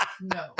no